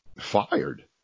fired